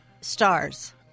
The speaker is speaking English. stars